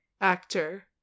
Actor